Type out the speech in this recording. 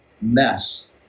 mess